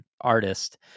artist